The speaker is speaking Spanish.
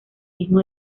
mismo